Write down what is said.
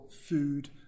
food